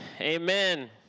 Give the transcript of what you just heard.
Amen